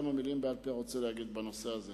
רוצה להגיד בנושא הזה